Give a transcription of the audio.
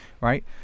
right